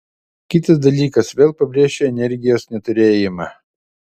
kitas dalykas vėl pabrėšiu energijos neturėjimą